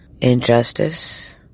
injustice